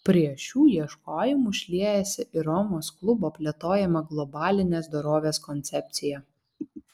prie šių ieškojimų šliejasi ir romos klubo plėtojama globalinės dorovės koncepcija